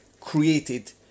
created